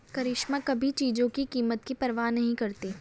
करिश्मा कभी चीजों की कीमत की परवाह नहीं करती